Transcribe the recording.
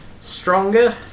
stronger